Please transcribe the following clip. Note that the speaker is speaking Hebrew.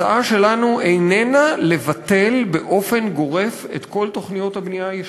ההצעה שלנו איננה לבטל באופן גורף את כל תוכניות הבנייה הישנות,